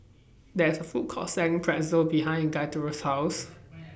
There IS A Food Court Selling Pretzel behind Gaither's House